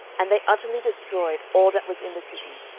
and they utterly destroyed all that was in the city,